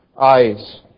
eyes